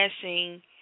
passing